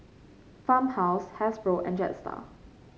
Farmhouse Hasbro and Jetstar